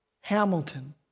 Hamilton